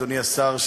אדוני השר,